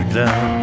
down